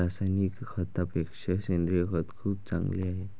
रासायनिक खतापेक्षा सेंद्रिय खत खूप चांगले आहे